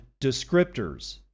descriptors